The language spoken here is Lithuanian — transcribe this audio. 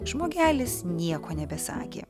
žmogelis nieko nebesakė